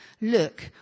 Look